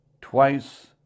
twice